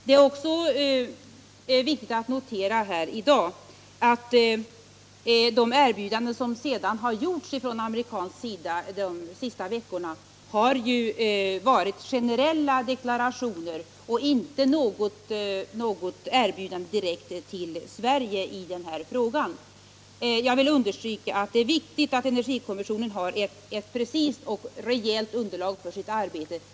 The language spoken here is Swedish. Det är också viktigt att i dag notera att de erbjudanden som kommit från amerikansk sida under de senaste veckorna har varit generella deklarationer och inte något erbjudande direkt till Sverige i den här frågan. Jag vill understryka att det är viktigt att energikommissionen har ett precist och rejält underlag för sitt arbete.